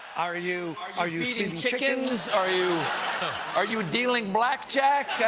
are you are you feeding chickens? are you are you dealing black jack?